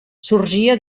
sorgia